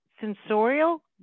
sensorial